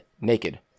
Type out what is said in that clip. naked